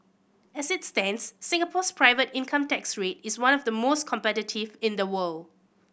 as it stands Singapore's private income tax rate is one of the most competitive in the world